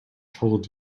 told